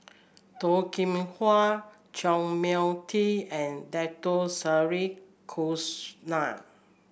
Toh Kim Hwa Chua Mia Tee and Dato Sri Krishna